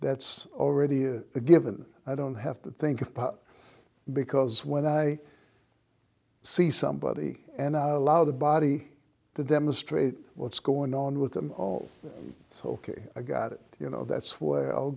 that's already a given i don't have to think because when i see somebody and i allow the body to demonstrate what's going on with them all it's ok i got it you know that's where i'll